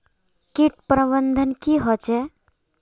किट प्रबन्धन की होचे?